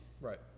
Right